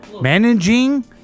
Managing